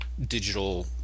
digital